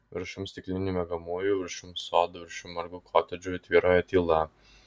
viršum stiklinių miegamųjų viršum sodų viršum margų kotedžų tvyrojo tyla